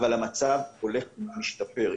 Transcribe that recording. אבל המצב הולך ומשתפר.